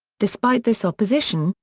despite this opposition,